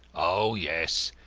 oh, yes.